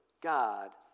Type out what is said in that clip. God